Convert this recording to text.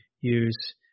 use –